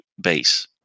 base